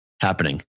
Happening